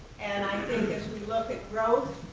and i think as we look at growth,